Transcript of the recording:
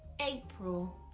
april.